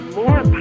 more